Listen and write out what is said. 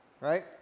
right